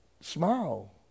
Smile